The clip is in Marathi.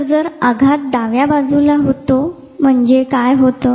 तर जर आघात डाव्या बाजूला झाला तर काय होते